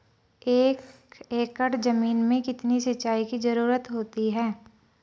एक एकड़ ज़मीन में कितनी सिंचाई की ज़रुरत होती है?